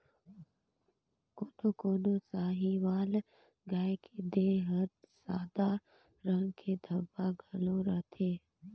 कोनो कोनो साहीवाल गाय के देह हर सादा रंग के धब्बा घलो रहथे